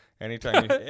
Anytime